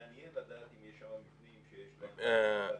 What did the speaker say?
מעניין לדעת אם יש שם מבנים שיש להם מקלט בצד.